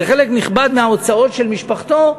זה חלק נכבד מההוצאות של משפחתו,